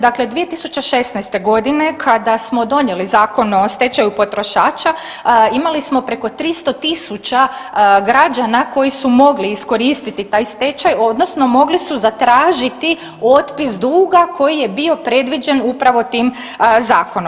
Dakle, 2016.g. kada smo donijeli Zakon o stečaju potrošača imali smo preko 300.000 građana koji su mogli iskoristiti taj stečaj odnosno mogli su zatražiti otpis duga koji je bio predviđen upravo tim zakonom.